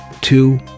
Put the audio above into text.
Two